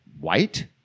white